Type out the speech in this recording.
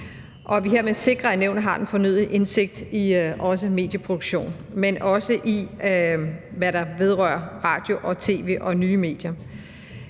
har den fornødne indsigt i medieproduktion, men også i, hvad der